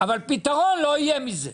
פתרון לא יהיה מזה.